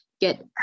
get